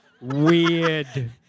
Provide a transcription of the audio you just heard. Weird